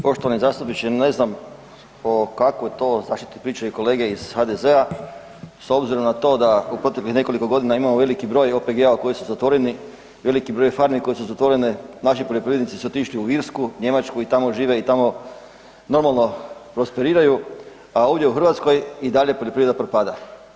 Poštovani zastupniče, ne znam o kakvoj to zaštiti pričaju kolege iz HDZ-a s obzirom na to da … [[Govornik se ne razumije]] nekoliko godina imamo veliki broj OPG-ova koji su zatvoreni, veliki broj farmi koje su zatvorene, naši poljoprivrednici su otišli u Irsku, Njemačku i tamo žive i tamo normalno prosperiraju, a ovdje u Hrvatskoj i dalje poljoprivreda propada.